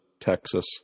Texas